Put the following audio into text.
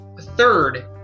third